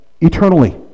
eternally